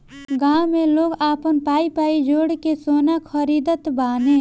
गांव में लोग आपन पाई पाई जोड़ के सोना खरीदत बाने